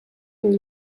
and